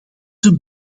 het